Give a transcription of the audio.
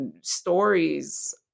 stories